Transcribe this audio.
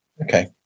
okay